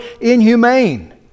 inhumane